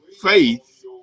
faith